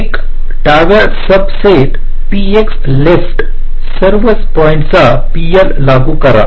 एक डाव्या सब सेटP x लेफ्ट सर्व पॉईंट्चा P L लागू करा